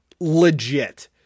legit